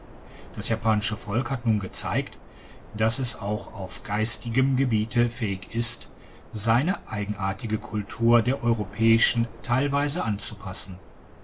das japanische volk hat nun gezeigt dass es auch auf geistigem gebiete fähig ist seine eigenartige kultur der europäischen teilweise anzupassen